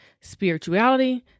spirituality